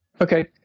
Okay